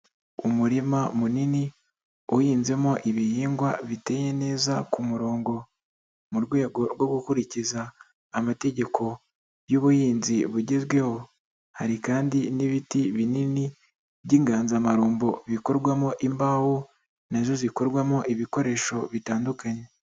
Umurima munini uhinzemo ibihingwa biteye neza ku murongo, mu rwego rwo gukurikiza amategeko y'ubuhinzi bugezweho, hari kandi n'ibiti binini by'inganzamarumbo bikorwamo imbaho, na zo zikorwamo ibikoresho bitandukanye.